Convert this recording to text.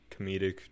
comedic